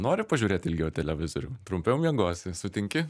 nori pažiūrėt ilgiau televizorių trumpiau miegosi sutinki